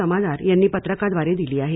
जमादार यांनी पत्रकाद्वारे दिली आहे